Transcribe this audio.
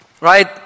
right